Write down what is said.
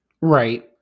Right